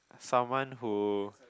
someone who